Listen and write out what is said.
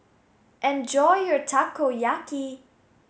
enjoy your Takoyaki